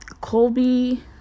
Colby